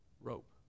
rope